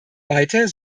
weiter